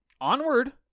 Onward